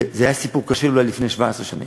וזה היה סיפור קשה אולי לפני 17 שנים,